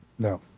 No